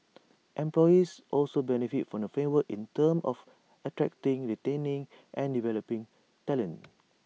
employers also benefit from the framework in terms of attracting retaining and developing talent